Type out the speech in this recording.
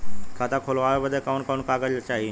खाता खोलवावे बादे कवन कवन कागज चाही?